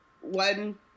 one